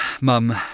mum